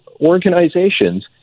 organizations